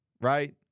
Right